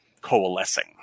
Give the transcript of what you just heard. coalescing